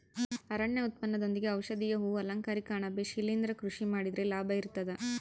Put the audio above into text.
ಅರಣ್ಯ ಉತ್ಪನ್ನದೊಂದಿಗೆ ಔಷಧೀಯ ಹೂ ಅಲಂಕಾರಿಕ ಅಣಬೆ ಶಿಲಿಂದ್ರ ಕೃಷಿ ಮಾಡಿದ್ರೆ ಲಾಭ ಇರ್ತದ